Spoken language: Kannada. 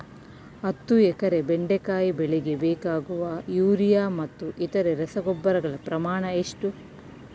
ಹತ್ತು ಎಕರೆ ಬೆಂಡೆಕಾಯಿ ಬೆಳೆಗೆ ಬೇಕಾಗುವ ಯೂರಿಯಾ ಮತ್ತು ಇತರೆ ರಸಗೊಬ್ಬರಗಳ ಪ್ರಮಾಣ ಎಷ್ಟು?